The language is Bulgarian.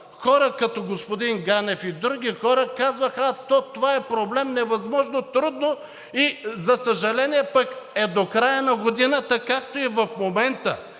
хора като господин Ганев и други хора казваха: а, то това е проблем, невъзможно, трудно, и за съжаление, е до края на годината, както и в момента.